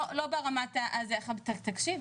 תקשיב,